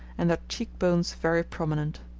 and their cheekbones very prominent.